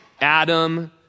Adam